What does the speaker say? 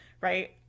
right